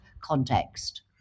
context